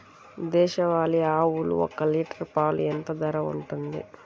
దేశవాలి ఆవులు ఒక్క లీటర్ పాలు ఎంత ధర ఉంటుంది?